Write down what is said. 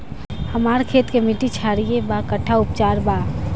हमर खेत के मिट्टी क्षारीय बा कट्ठा उपचार बा?